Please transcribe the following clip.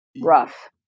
rough